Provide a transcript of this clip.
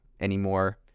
anymore